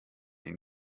ihn